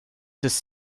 this